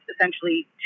essentially